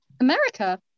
America